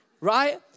right